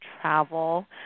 travel